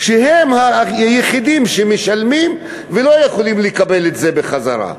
שהם היחידים שמשלמים ולא יכולים לקבל את זה בחזרה.